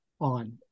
on